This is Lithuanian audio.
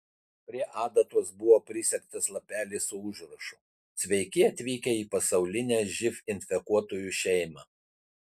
prie adatos buvo prisegtas lapelis su užrašu sveiki atvykę į pasaulinę živ infekuotųjų šeimą